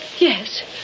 Yes